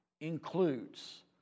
includes